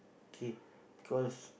K because